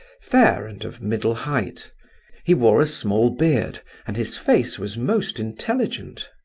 fair and of middle height he wore a small beard, and his face was most intelligent.